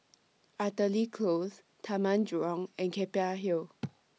Artillery Close Taman Jurong and Keppel Hill